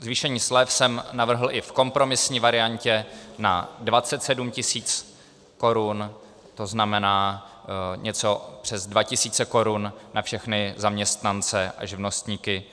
Zvýšení slev jsem navrhl i v kompromisní variantě na 27 tisíc korun, tzn. něco přes 2 tisíce korun, na všechny zaměstnance a živnostníky.